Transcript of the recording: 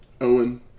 Owen